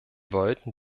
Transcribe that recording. wollten